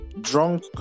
drunk